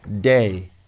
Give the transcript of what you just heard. day